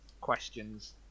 questions